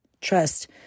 trust